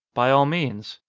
by all means.